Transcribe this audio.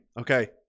Okay